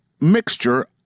mixture